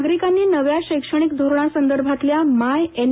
नागरिकांनी नव्या शैक्षणिक धोरणासंदर्भातल्या माय एन